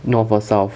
north or south